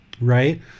right